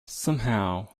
somehow